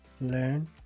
learn